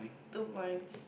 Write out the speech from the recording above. two points